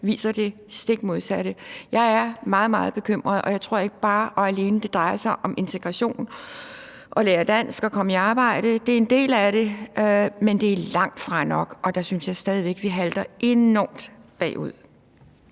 viser det stik modsatte. Jeg er meget, meget bekymret, og jeg tror ikke, at det bare og alene drejer sig om integration, om at lære dansk og om at komme i arbejde. Det er en del af det, men det er langtfra nok, og der synes jeg stadig væk, at vi halter enormt bagefter.